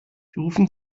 rufen